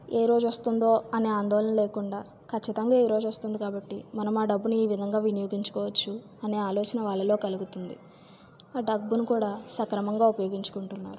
ఏ రోజు వస్తుందో అనే ఆందోళన లేకుండా ఖచ్చితంగా ఈ రోజు వస్తుంది కాబట్టి మన ఆ డబ్బుని ఈ విధంగా వినియోగించుకోవచ్చు అనే ఆలోచన వాళ్ళలో కలుగుతుంది ఆ డబ్బులు కూడా సక్రమంగా ఉపయోగించుకుంటున్నారు